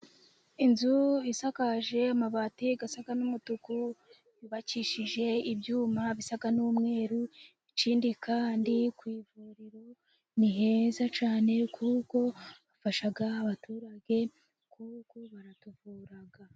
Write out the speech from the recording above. Inzu isakaje amabati isa n'umutuku, yubakishije ibyuma bisa n'umweru ikindi kandi ku ivuriro ni heza cyane, kuko hafasha abaturage kuko harabaratuvura.